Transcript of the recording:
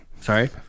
Sorry